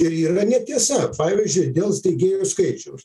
ir yra netiesa pavyzdžiui dėl steigėjų skaičiaus